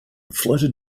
floated